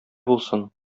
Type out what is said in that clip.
булсын